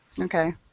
Okay